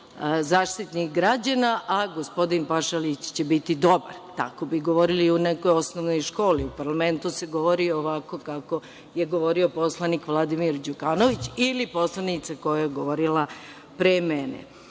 Zaštitnik građana, a gospodin Pašalić će biti dobar. Tako bi govorili u nekoj osnovnoj školi, a u parlamentu se govori ovako kako je govorio poslanik Vladimir Đukanović ili poslanica koja je govorila pre mene.